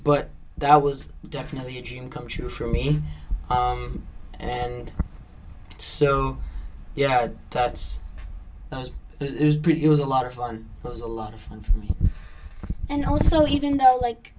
but that was definitely a dream come true for me and so yeah that's pretty it was a lot of fun it was a lot of fun for me and also even though like